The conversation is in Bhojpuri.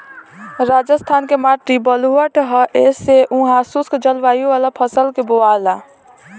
राजस्थान के माटी बलुअठ ह ऐसे उहा शुष्क जलवायु वाला फसल के बोआला